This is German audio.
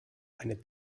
eine